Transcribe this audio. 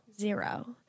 Zero